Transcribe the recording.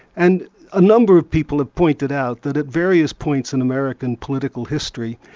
and a number of people have pointed out that at various points in american political history,